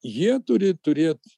jie turi turėt